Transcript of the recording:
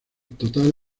total